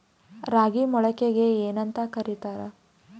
ರಾಗಿ ಮೊಳಕೆಗೆ ಏನ್ಯಾಂತ ಕರಿತಾರ?